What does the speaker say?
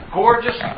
gorgeous